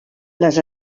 les